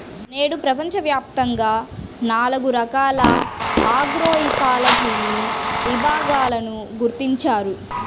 నేడు ప్రపంచవ్యాప్తంగా నాలుగు రకాల ఆగ్రోఇకాలజీని విభాగాలను గుర్తించారు